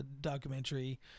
documentary